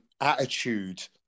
attitude